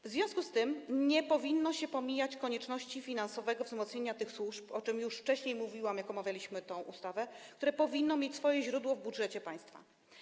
W związku z tym nie powinno się pomijać kwestii konieczności finansowego wzmocnienia tych służb, o czym już wcześniej mówiłam, kiedy omawialiśmy tę ustawę, które powinno mieć swoje źródło w budżecie państwa.